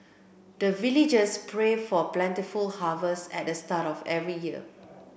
the villagers pray for plentiful harvest at the start of every year